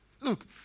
Look